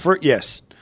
Yes